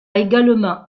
également